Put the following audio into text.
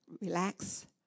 relax